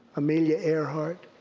amelia earhart,